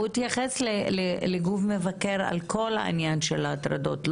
הוא התייחס לגוף מבקר בכל העניין של הטרדות,